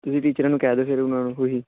ਤੁਸੀਂ ਟੀਚਰਾਂ ਨੂੰ ਕਹਿ ਦਿਓ ਫਿਰ ਉਹਨਾਂ ਨੂੰ ਓਹੀ